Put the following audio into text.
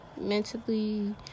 mentally